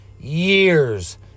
years